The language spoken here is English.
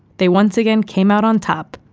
they once again came out on top,